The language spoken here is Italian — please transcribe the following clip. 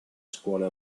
scuole